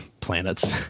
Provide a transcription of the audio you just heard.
planets